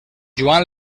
joan